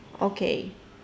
okay